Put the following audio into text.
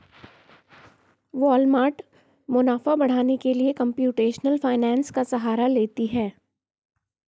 Walmart मुनाफा बढ़ाने के लिए कंप्यूटेशनल फाइनेंस का सहारा लेती है